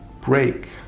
Break